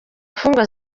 mfungwa